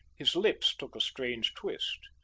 his lips took a strange twist.